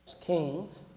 Kings